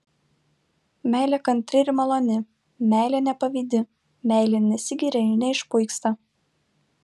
meilė kantri ir maloni meilė nepavydi meilė nesigiria ir neišpuiksta